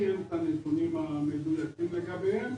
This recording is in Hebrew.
לי אין את הנתונים המדויקים לגביהם.